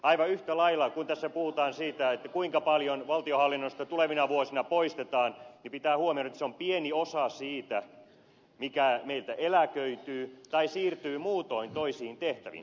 aivan yhtä lailla kuin tässä puhutaan siitä kuinka paljon valtionhallinnosta tulevina vuosina poistetaan pitää huomioida että se on pieni osa siitä mikä meiltä eläköityy tai siirtyy muutoin toisiin tehtäviin